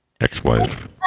Ex-wife